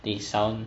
they sound